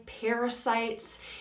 parasites